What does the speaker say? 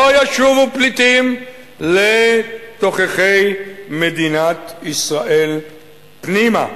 לא ישובו פליטים לתוככי מדינת ישראל פנימה.